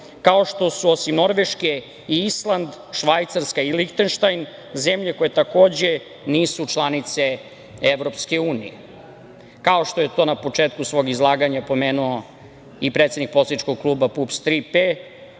kao što su, osim Norveške, Island, Švajcarska i Lihtenštajn, zemlje koje takođe nisu članice EU.Kao što je to na početku svog izlaganja pomenuo i predsednik poslaničkog kluba PUPS